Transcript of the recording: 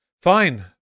Fine